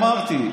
אמרתי,